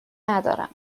ندارم